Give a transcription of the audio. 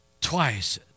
Twice